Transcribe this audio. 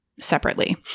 separately